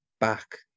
back